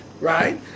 right